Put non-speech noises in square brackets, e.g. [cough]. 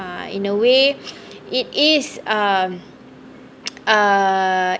uh in a way [breath] it is um [noise] uh